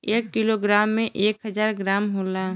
एक kilo gram में एक हजार ग्राम होला